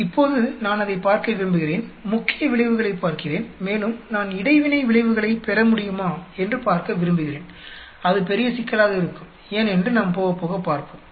இப்போது நான் அதைப் பார்க்க விரும்புகிறேன் முக்கிய விளைவுகளைப் பார்க்கிறேன் மேலும் நான் இடைவினை விளைவுகளைப் பெற முடியுமா என்று பார்க்க விரும்புகிறேன் அது பெரிய சிக்கலாக இருக்கும் ஏன் என்று நாம் போகப்போக பார்ப்போம்